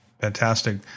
Fantastic